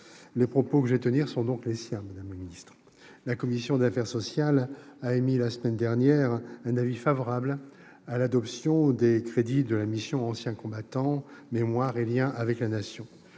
Les propos que je vais tenir sont donc les siens, madame la secrétaire d'État. La commission des affaires sociales a émis, la semaine dernière, un avis favorable à l'adoption des crédits de la mission « Anciens combattants, mémoire et liens avec la Nation